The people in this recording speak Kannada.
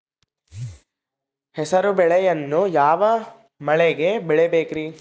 ಹೆಸರುಬೇಳೆಯನ್ನು ಯಾವ ಮಳೆಗೆ ಬೆಳಿಬೇಕ್ರಿ?